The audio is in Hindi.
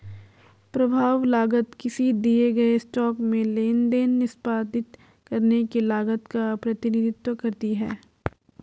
प्रभाव लागत किसी दिए गए स्टॉक में लेनदेन निष्पादित करने की लागत का प्रतिनिधित्व करती है